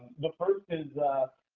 the first is,